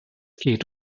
geht